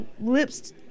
lips